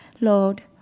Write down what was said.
Lord